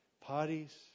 parties